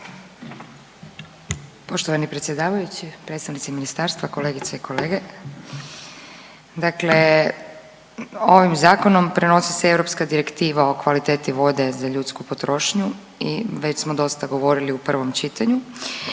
Poštovani predsjedavajući, predstavnici ministarstva, kolegice i kolege, dakle ovim zakonom prenosi se Europska direktiva o kvaliteti vode za ljudsku potrošnju i već smo dosta govorili u prvom čitanju.